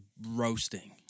roasting